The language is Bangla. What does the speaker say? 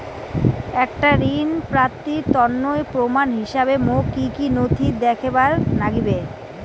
একটা ঋণ প্রাপ্তির তন্ন প্রমাণ হিসাবে মোক কী কী নথি দেখেবার নাগিবে?